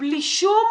בלי שום